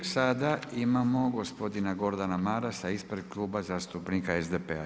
I sada imamo gospodina Gordana Marasa, ispred Kluba zastupnika SDP-a.